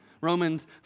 Romans